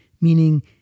meaning